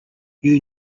you